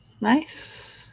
Nice